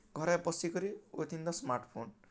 ଘରେ ବସିକରି within the smartphone